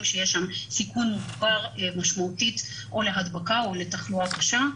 שיש שם סיכון מוגבר משמעותית או להדבקה או לתחלואה קשה,